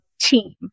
team